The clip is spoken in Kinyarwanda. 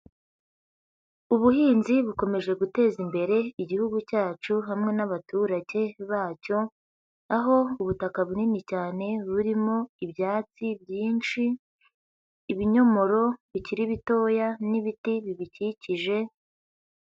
Ubuhinzi bukomeje guteza imbere Igihugu cyacu hamwe n'abaturage bacyo, aho ubutaka bunini cyane burimo ibyatsi byinshi, ibinyomoro bikiri bitoya n'ibiti bibikikije.